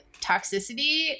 toxicity